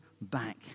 back